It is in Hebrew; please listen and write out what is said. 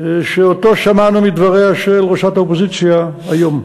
שאותו שמענו מדבריה של ראשת האופוזיציה היום.